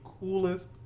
coolest